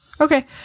Okay